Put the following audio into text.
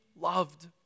loved